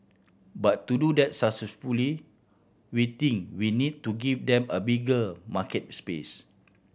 but to do that successfully we think we need to give them a bigger market space